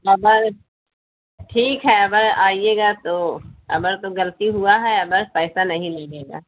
ابگر ٹھیک ہے ابگر آئیے گا تو ابگر تو غلطی ہوا ہے اگر پیسہ نہیں لگے گا